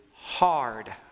hard